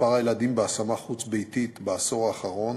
מספר הילדים בהשמה חוץ-ביתית בעשור האחרון